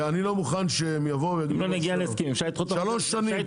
אני לא מוכן --- אפשר להמשיך לקרוא